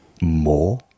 more